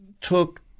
took